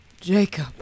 Jacob